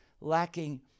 lacking